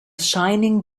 shining